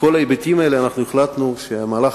מכל ההיבטים האלה אנחנו החלטנו שהמהלך